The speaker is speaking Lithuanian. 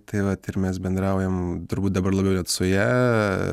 tai vat ir mes bendraujam turbūt dabar labiau net su ja